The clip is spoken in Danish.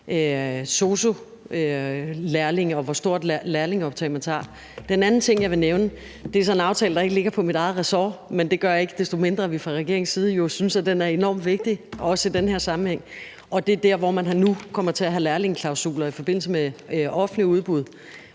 sosu-elever og om, hvor stort elevoptag der skal være. Den anden ting, jeg vil nævne, er så en aftale, der ikke ligger inden for mit eget ressort, men ikke desto mindre synes vi fra regeringens side, at den er enorm vigtig, også i den her sammenhæng, og det handler om, at man nu kommer til at have lærlingeklausuler i forbindelse med offentlige udbud.